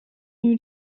new